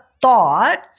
thought